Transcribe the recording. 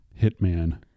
Hitman